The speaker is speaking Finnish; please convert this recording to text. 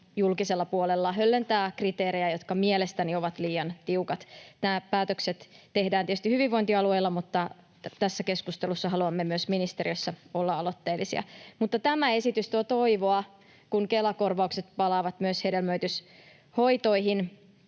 julkisella puolella höllentää kriteerejä, jotka mielestäni ovat liian tiukat. Nämä päätökset tehdään tietysti hyvinvointialueilla, mutta tässä keskustelussa haluamme myös ministeriössä olla aloitteellisia. Mutta tämä esitys tuo toivoa, kun Kela-korvaukset palaavat myös hedelmöityshoitoihin